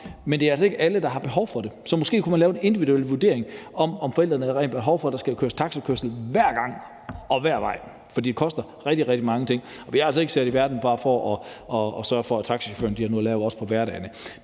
men det er altså ikke alle, der har behov for det. Så måske kunne man lave en individuel vurdering af, om forældrene har behov for, at der skal køres taxakørsel hver gang og hver vej, for det koster rigtig, rigtig mange penge, og vi er altså ikke sat i verden bare for at sørge for, at taxachaufførerne også har noget at lave på hverdage.